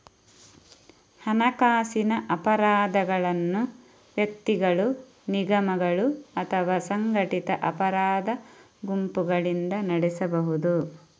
ಹಣಕಾಸಿನ ಅಪರಾಧಗಳನ್ನು ವ್ಯಕ್ತಿಗಳು, ನಿಗಮಗಳು ಅಥವಾ ಸಂಘಟಿತ ಅಪರಾಧ ಗುಂಪುಗಳಿಂದ ನಡೆಸಬಹುದು